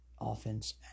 offense